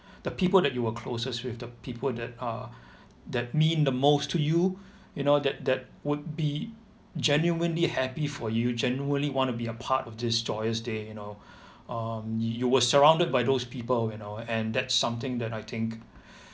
the people that you were closest with the people that are that mean the most to you you know that that would be genuinely happy for you genuinely wanna be a part of this joyous day you know um you were surrounded by those people you know and that's something that I think